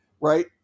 right